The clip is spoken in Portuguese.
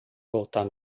voltar